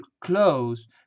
close